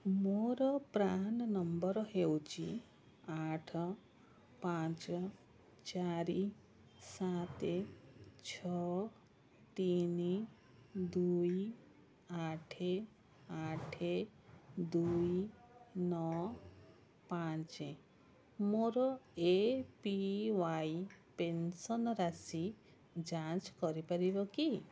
ମୋର PRAN number ହେଉଛି ଆଠ ପାଞ୍ଚ ଚାରି ସାତ ଛଅ ତିନି ଦୁଇ ଆଠ ଆଠ ଦୁଇ ନଅ ପାଞ୍ଚ ମୋର ଏ ପି ୱାଇ ପେନସନ୍ ରାଶି ଯାଞ୍ଚ କରିପାରିବ କି